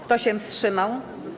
Kto się wstrzymał?